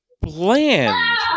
bland